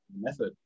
method